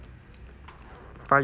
five years